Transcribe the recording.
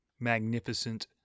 magnificent